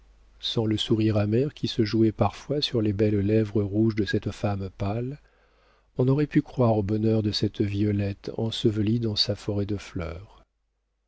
sans le sourire amer qui se jouait parfois sur les belles lèvres rouges de cette femme pâle on aurait pu croire au bonheur de cette violette ensevelie dans sa forêt de fleurs